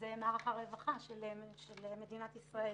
זאת הרווחה של מדינת ישראל.